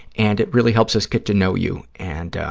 and it really helps us get to know you. and